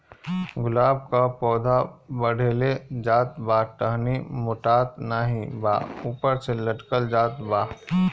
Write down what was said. गुलाब क पौधा बढ़ले जात बा टहनी मोटात नाहीं बा ऊपर से लटक जात बा?